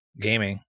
Gaming